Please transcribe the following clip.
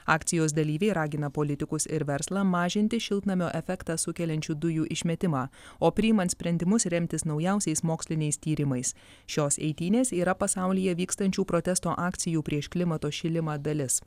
akcijos dalyviai ragina politikus ir verslą mažinti šiltnamio efektą sukeliančių dujų išmetimą o priimant sprendimus remtis naujausiais moksliniais tyrimais šios eitynės yra pasaulyje vykstančių protesto akcijų prieš klimato šilimą dalis